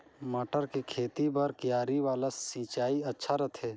मटर के खेती बर क्यारी वाला सिंचाई अच्छा रथे?